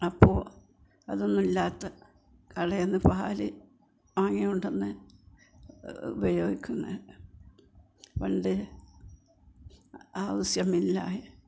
അപ്പോൾ അതൊന്നും ഇല്ലാത്ത കടയിൽനിന്ന് പാൽ വാങ്ങിക്കൊണ്ടുവന്ന് ഉപയോഗിക്കുന്നത് പണ്ട്